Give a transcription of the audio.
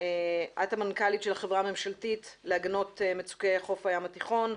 את המנכ"לית של החברה הממשלתית להגנות מצוקי חוף הים התיכון.